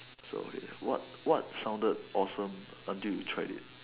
what what sounded awesome until you tried it